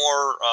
more